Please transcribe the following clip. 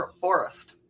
forest